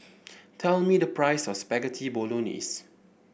tell me the price of Spaghetti Bolognese